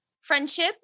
friendship